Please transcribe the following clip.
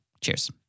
Cheers